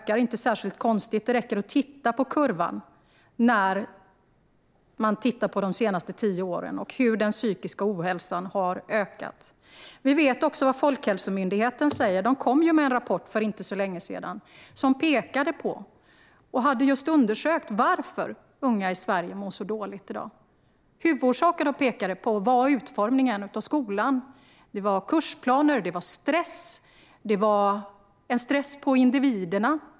Det är inte särskilt konstigt; det räcker att titta på kurvan för de senaste tio åren vad gäller hur den psykiska ohälsan har ökat. Vi vet också vad Folkhälsomyndigheten säger. De kom med en rapport för inte så länge sedan som pekade på att - och hade undersökt varför - unga i Sverige mår dåligt i dag. Huvudorsaken som de pekade på var utformningen av skolan, med kursplaner och stress för individerna.